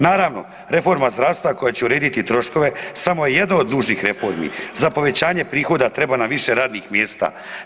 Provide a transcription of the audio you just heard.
Naravno, reforma zdravstva koja će urediti troškove samo je jedan od nužnih reformi, za povećanje prihoda treba nam više radnih mjesta.